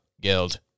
guild